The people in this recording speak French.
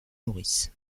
maurice